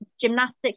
gymnastics